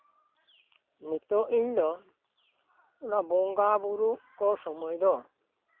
ᱱᱤᱛᱚᱜ ᱤᱧ ᱫᱚ ᱵᱚᱸᱜᱟ ᱵᱳᱨᱳ ᱠᱚ ᱥᱚᱢᱚᱭ ᱫᱚ